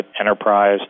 enterprise